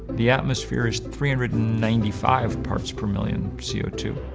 the atmosphere is three hundred and ninety five parts per million c o two.